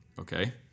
Okay